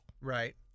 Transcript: Right